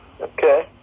Okay